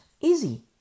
Easy